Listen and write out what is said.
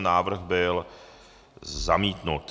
Návrh byl zamítnut.